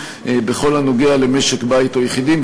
בכל הנוגע למשק-בית או יחידים.